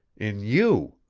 in you!